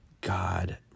God